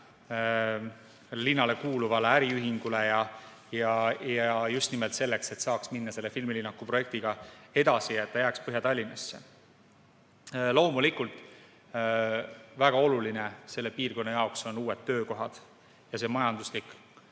linnale kuuluvale äriühingule ja just nimelt selleks, et saaks minna selle filmilinnaku projektiga edasi ja see tuleks Põhja-Tallinnasse. Loomulikult väga olulised selle piirkonna jaoks on uued töökohad ja see majanduslik